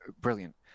brilliant